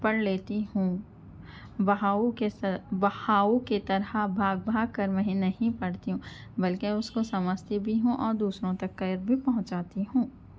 پڑھ لیتی ہوں بہاؤ کے بہاؤ کے طرح بھاگ بھاگ کر میں نہیں پڑھتی ہوں بلکہ اس کو سمجھتی بھی ہوں اور دوسروں تک کے بھی پہنچاتی ہوں